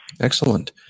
Excellent